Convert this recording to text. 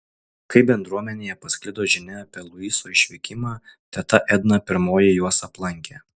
kai bendruomenėje pasklido žinia apie luiso išvykimą teta edna pirmoji juos aplankė